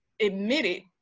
admitted